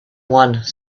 one